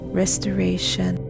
restoration